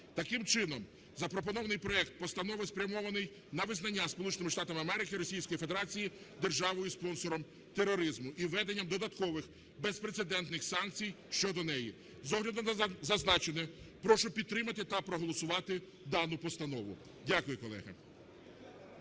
Таким чином запропонований проект постанови спрямований на визнання Сполученими Штатами Америки Російської Федерації державою - спонсором тероризму і введенням додаткових безпрецедентних санкцій щодо неї. З огляду на зазначене прошу підтримати та проголосувати дану постанову. Дякую, колеги.